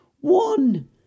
One